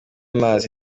mazi